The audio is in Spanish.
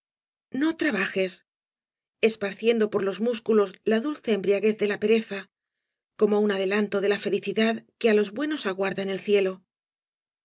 no trabajas esparciendo por los músculos la dulce embriaguez de la pereza como un adelanto de la felicidad que á los buenos aguarda en el cielo